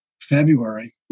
February